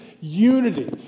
unity